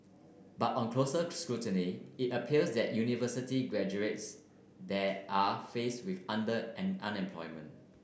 but on closer scrutiny it appears that university graduates there are faced with under and unemployment